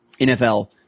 NFL